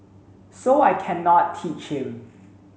so I cannot teach him